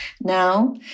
now